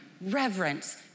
reverence